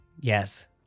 yes